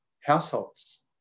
households